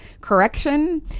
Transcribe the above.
correction